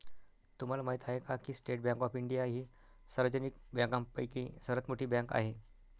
तुम्हाला माहिती आहे का की स्टेट बँक ऑफ इंडिया ही सार्वजनिक बँकांपैकी सर्वात मोठी बँक आहे